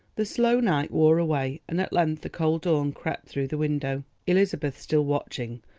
the slow night wore away, and at length the cold dawn crept through the window. elizabeth still watching,